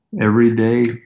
everyday